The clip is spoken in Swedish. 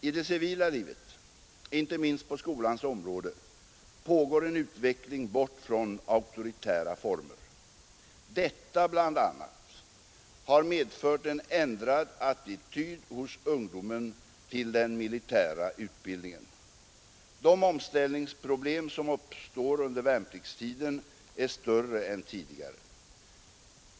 I det civila livet inte minst på skolans område — pågår en utveckling bort från auktoritära former. Detta bl.a. har medfört en ändrad attityd hos ungdomen till den militära utbildningen. De omställningsproblem som uppstår under värnpliktstiden är större än tidigare.